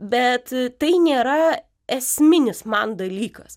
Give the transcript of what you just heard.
bet tai nėra esminis man dalykas